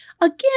Again